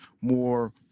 more